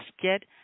get